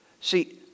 see